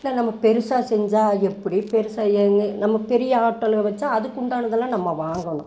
இல்லை நம்ம பெருசாக செஞ்சால் எப்படி பெருசாக எங்கள் நம்ம பெரிய ஆட்டோவில் வச்சால் அதுக்குண்டான இதெல்லாம் நம்ம வாங்கணும்